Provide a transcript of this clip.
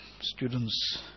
students